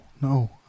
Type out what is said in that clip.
no